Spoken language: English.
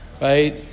right